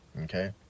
Okay